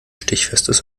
stichfestes